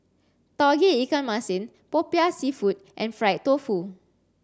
Tauge Ikan Masin Popiah seafood and fried tofu